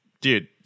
dude